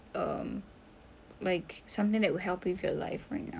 um like something that would help you with your life right now